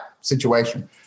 situation